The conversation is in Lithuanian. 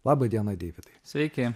laba diena deividai sveiki